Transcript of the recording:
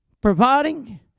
providing